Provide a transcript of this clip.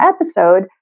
episode